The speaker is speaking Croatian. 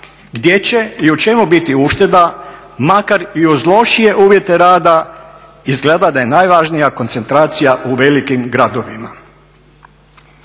gdje će i u čemu biti ušteda makar i uz lošije uvjete rada. Izgleda da je najvažnija koncentracija u velikim gradovima.